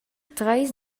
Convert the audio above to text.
treis